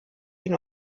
ihn